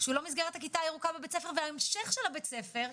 שלא במסגרת הכיתה הירוקה בבית ספר וההמשך של בית הספר,